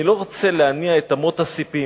אני לא רוצה להניע את אמות הספים.